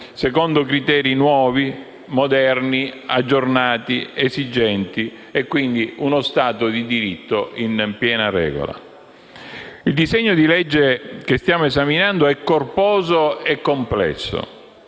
secondo criteri nuovi, moderni, aggiornati, esigenti, e quindi uno Stato di diritto in piena regola. Il disegno di legge che stiamo esaminando è corposo e complesso